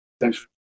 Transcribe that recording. Thanks